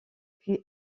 puis